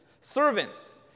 servants